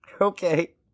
Okay